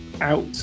out